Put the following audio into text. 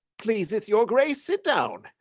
pleaseth your grace sit down.